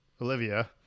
Olivia